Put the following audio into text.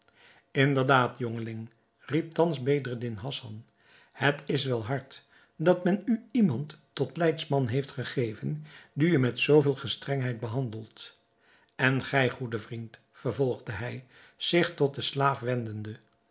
inderdaad jongeling riep thans bedreddin hassan het is wel hard dat men u iemand tot leidsman heeft gegeven die u met zoo veel gestrengheid behandelt en gij goede vriend vervolgde hij zich tot den slaaf wendende